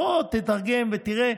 בוא תתרגם ותראה.